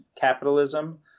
capitalism